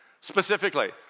specifically